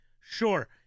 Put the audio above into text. Sure